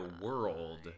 world